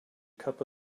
cup